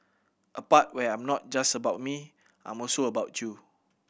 a part where I'm not just about me I'm also about you